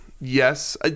yes